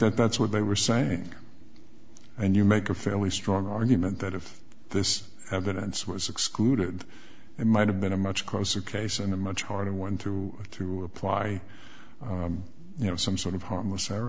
that that's what they were saying and you make a fairly strong argument that if this evidence was excluded it might have been a much closer case and a much harder one to to apply you know some sort of harmless